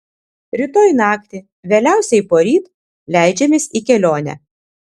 rytoj naktį vėliausiai poryt leidžiamės į kelionę